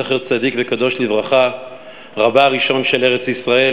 זכר צדיק וקדוש לברכה,